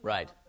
Right